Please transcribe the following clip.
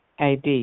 AD